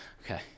Okay